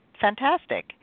fantastic